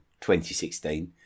2016